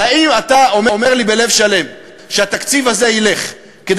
והאם אתה אומר לי בלב שלם שהתקציב הזה ילך כדי